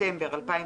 בספטמבר 2020,